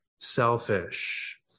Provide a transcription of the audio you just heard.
Selfish